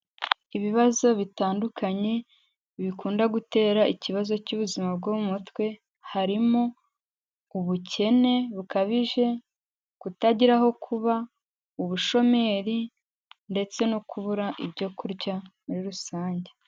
Ibibazo bitandukanye bikunda gutera ikibazo cy'ubuzima bwo mu mutwe harimo ubukene bukabije, kutagira aho kuba, ubushomeri ndetse no kubura ibyo kurya muri rusange.